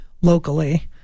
locally